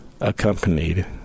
accompanied